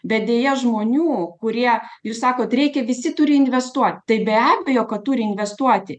bet deja žmonių kurie jūs sakot reikia visi turi investuoti tai be abejo kad turi investuoti